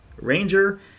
Ranger